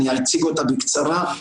אני אציג אותה בקצרה,